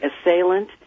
assailant